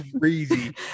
crazy